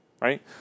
right